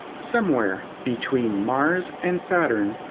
somewhere between mars and saturn,